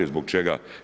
Zbog čega?